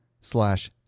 slash